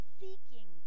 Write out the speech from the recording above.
seeking